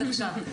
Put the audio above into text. והסוציאליים.